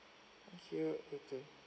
thank you you too